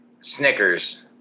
Snickers